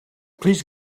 please